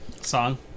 Song